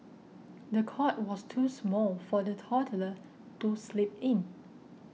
the cot was too small for the toddler to sleep in